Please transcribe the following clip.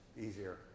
easier